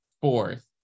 fourth